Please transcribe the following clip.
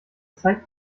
zeigt